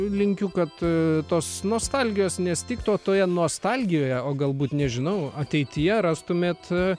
linkiu kad tos nostalgijos nestigtų o toje nuostalgije o galbūt nežinau ateityje rastumėt